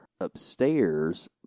upstairs